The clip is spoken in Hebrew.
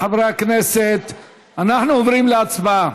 חברי הכנסת, אנחנו עוברים להצבעה.